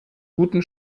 guten